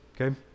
okay